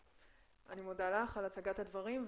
אני מודה לך על הצגת הדברים.